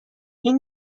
این